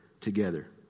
together